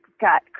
got